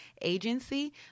agency